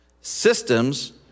systems